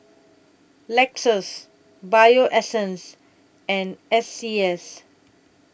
Lexus Bio Essence and S C S